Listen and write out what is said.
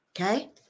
okay